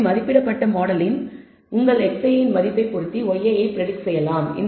எனவே மதிப்பிடப்பட்ட மாடலில் உங்கள் xi இன் மதிப்பை பொருத்தி yi பிரடிக்ட் செய்யலாம்